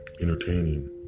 entertaining